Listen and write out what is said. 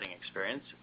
experience